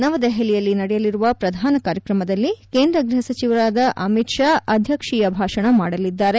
ನವದೆಹಲಿಯಲ್ಲಿ ನಡೆಯಲಿರುವ ಪ್ರಧಾನ ಕಾರ್ಯಕ್ರಮದಲ್ಲಿ ಕೇಂದ್ರ ಗ್ವಹಸಚಿವರಾದ ಅಮಿತ್ ಶಾ ಅಧ್ಯಕ್ಷೀಯ ಭಾಷಣ ಮಾಡಲಿದ್ದಾರೆ